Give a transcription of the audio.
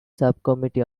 subcommittee